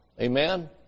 Amen